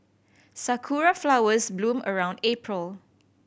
sakura flowers bloom around April